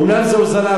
אומנם זו הוזלה,